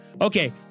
Okay